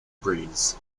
breeze